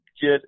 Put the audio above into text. get